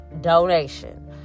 donation